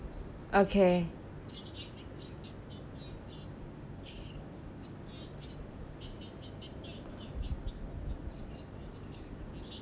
okay